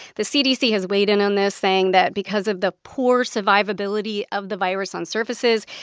the cdc has weighed in on this, saying that because of the poor survivability of the virus on surfaces,